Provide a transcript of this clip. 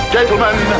Gentlemen